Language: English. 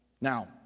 Now